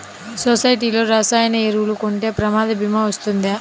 సొసైటీలో రసాయన ఎరువులు కొంటే ప్రమాద భీమా వస్తుందా?